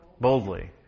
Boldly